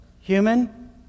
human